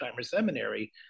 Seminary